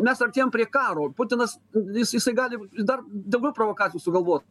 mes artėjam prie karo putinas jis jisai gali ir dar daugiau provokacijų sugalvot